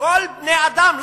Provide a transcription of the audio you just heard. כל בני-אדם.